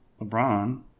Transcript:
LeBron